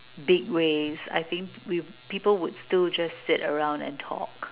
big ways I think we people would still just sit around and talk